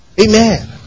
Amen